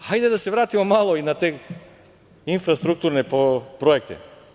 Hajde da se vratimo malo i na te infrastrukturne projekte.